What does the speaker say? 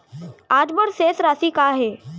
आज बर शेष राशि का हे?